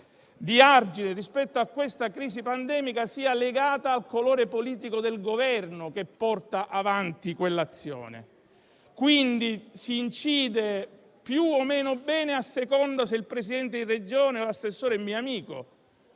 di argine rispetto alla crisi pandemica fosse legata al colore politico del Governo che porta avanti quell'azione e, quindi, si incide più o meno bene a seconda che il presidente di Regione o assessore sia o meno amico.